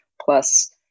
plus